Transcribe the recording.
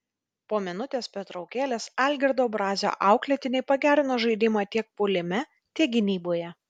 po minutės pertraukėlės algirdo brazio auklėtiniai pagerino žaidimą tiek puolime tiek gynyboje